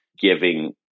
giving